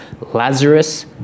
Lazarus